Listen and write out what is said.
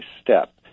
Step